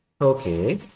Okay